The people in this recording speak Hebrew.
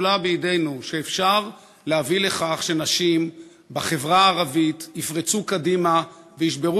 שאפשר להביא לכך שנשים בחברה הערבית יפרצו קדימה וישברו,